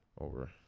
Over